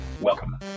Welcome